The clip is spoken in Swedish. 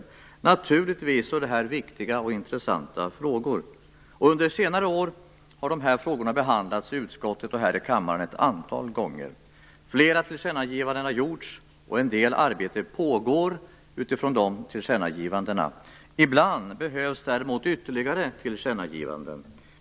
Det här är naturligtvis viktiga och intressanta frågor. Under senare år har de här frågorna behandlats i utskottet och här i kammaren ett antal gånger. Flera tillkännagivanden har gjorts, och en del arbete pågår utifrån de tillkännagivandena. Ibland behövs däremot ytterligare tillkännagivanden.